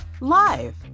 Live